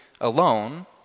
alone